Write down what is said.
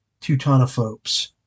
Teutonophobes